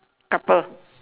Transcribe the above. couple